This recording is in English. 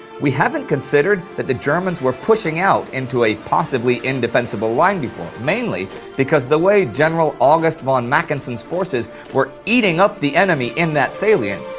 we haven't considered that the germans were pushing out into a possibly indefensible line before, mainly because the way general august von mackensen's forces were eating up the enemy in that salient,